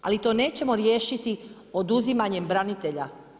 Ali to nećemo riješiti oduzimanjem branitelja.